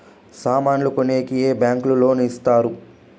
సామాన్లు కొనేకి ఏ బ్యాంకులు లోను ఇస్తారు?